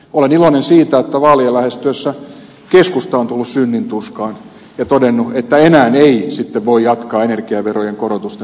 olen iloinen siitä että vaalien lähestyessä keskusta on tullut synnintuskaan ja todennut että enää ei sitten voi jatkaa energiaverojen korotusten tiellä